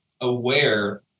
aware